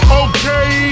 okay